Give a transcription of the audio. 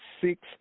six